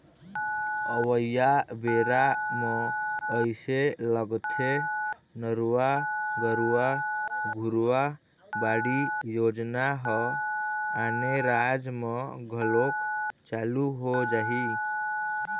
अवइया बेरा म अइसे लगथे नरूवा, गरूवा, घुरूवा, बाड़ी योजना ह आने राज म घलोक चालू हो जाही